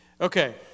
Okay